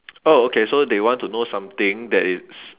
oh okay so they want to know something that is